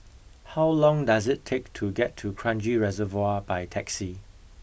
how long does it take to get to Kranji Reservoir by taxi